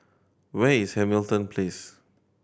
where is Hamilton Place